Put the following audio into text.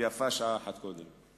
ויפה שעה אחת קודם.